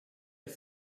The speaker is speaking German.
ist